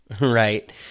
right